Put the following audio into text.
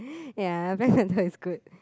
ya Black-Panther is good